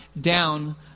down